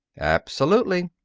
absolutely.